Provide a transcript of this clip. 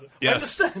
Yes